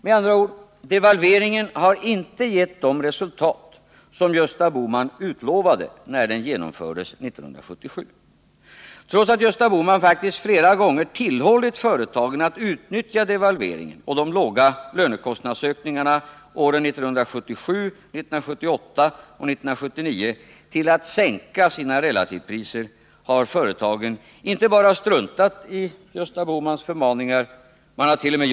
Med andra ord: devalveringen har inte gett de resultat som Gösta Bohman utlovade när den genomfördes 1977. Trots att Gösta Bohman faktiskt flera gånger tillhållit företagen att utnyttja devalveringen och de låga lönekostnadsökningarna åren 1977, 1978 och 1979 till att sänka sina relativpriser har företagen inte bara struntat i Gösta Bohmans förmaningar. Man hart.o.m.